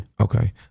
Okay